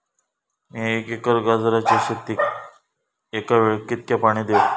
मीया एक एकर गाजराच्या शेतीक एका वेळेक कितक्या पाणी देव?